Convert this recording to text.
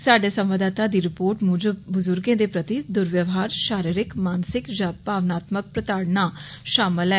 स्हाड़े संवाददाता दी रिर्पोट मुजब बजुर्गें दे प्रति दुर्व्यवहार शारीरिक मानसिक या भावनात्मक प्रताडना शामल ऐ